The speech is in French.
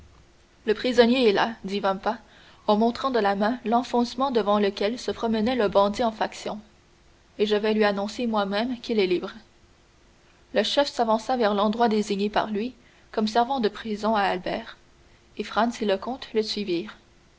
le prisonnier est là dit vampa en montrant de la main l'enfoncement devant lequel se promenait le bandit en faction et je vais lui annoncer moi-même qu'il est libre le chef s'avança vers l'endroit désigné par lui comme servant de prison à albert et franz et le comte le suivirent